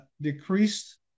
decreased